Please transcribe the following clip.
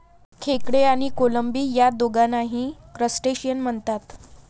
खेकडे आणि कोळंबी या दोघांनाही क्रस्टेशियन म्हणतात